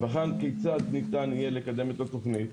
ובחן כיצד ניתן יהיה לקדם את התוכנית,